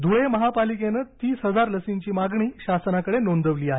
धुळे महापालिकेनं तीस हजार लसींची मागणी शासनाकडे नोंदवली आहे